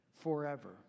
forever